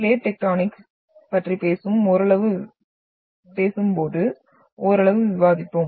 பிலேட் tectonics பற்றி பேசும்போது ஓரளவு விவாதித்தோம்